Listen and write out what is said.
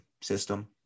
system